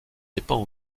dépend